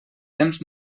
temps